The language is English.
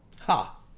Ha